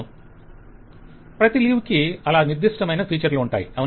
vendor ప్రతి leave కి అలా నిర్దిష్టమైన ఫీచర్ లు ఉంటాయి అవునా